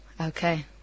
Okay